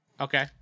Okay